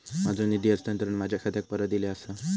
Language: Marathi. माझो निधी हस्तांतरण माझ्या खात्याक परत इले आसा